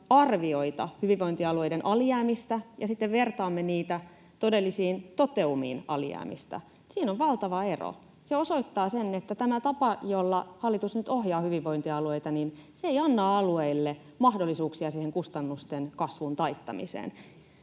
arvioita hyvinvointialueiden alijäämistä ja sitten vertaamme niitä todellisiin toteumiin alijäämistä, siinä on valtava ero. Se osoittaa sen, että tämä tapa, jolla hallitus nyt ohjaa hyvinvointialueita, ei anna alueille mahdollisuuksia siihen kustannusten kasvun taittamiseen.